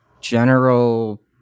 general